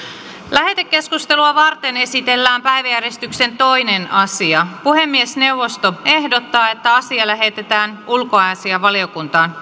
lähetekeskustelua varten esitellään päiväjärjestyksen toinen asia puhemiesneuvosto ehdottaa että asia lähetetään ulkoasiainvaliokuntaan